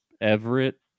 Everett